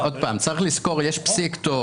צריך לזכור שיש פסיקתות.